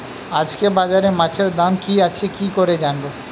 আজকে বাজারে মাছের দাম কি আছে কি করে জানবো?